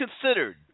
considered